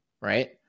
right